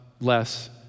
less